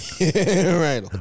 Right